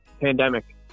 pandemic